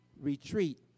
retreat